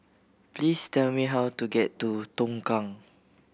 please tell me how to get to Tongkang